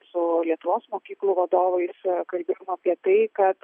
su lietuvos mokyklų vadovais kalbėjom apie tai kad